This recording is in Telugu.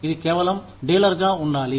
ఇది కేవలం డీలర్గా ఉండాలి